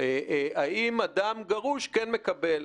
כן מקבל?